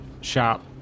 shop